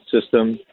system